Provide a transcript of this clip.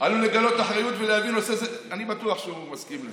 אני בטוח שהוא מסכים לזה.